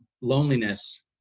loneliness